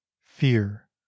fear